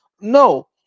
No